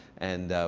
and